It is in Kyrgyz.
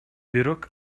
бирок